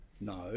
No